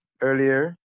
earlier